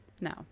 No